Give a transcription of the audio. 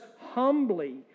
humbly